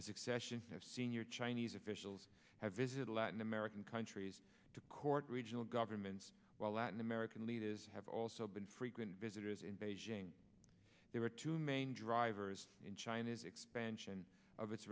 accession of senior chinese officials have visited latin american countries to court regional governments while latin american leaders have also been frequent visitors in beijing there are two main drivers in china's expansion of its